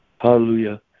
Hallelujah